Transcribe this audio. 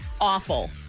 Awful